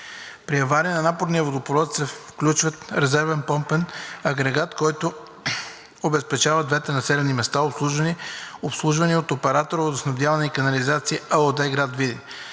При авария на напорния водопровод се включва резервен помпен агрегат, който обезпечава двете населени места, обслужвани от оператора „Водоснабдяване и канализация“ ЕООД – град Видин.